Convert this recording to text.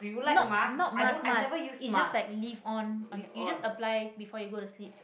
not not mask mask is just like leave on on you you just apply before you go to sleep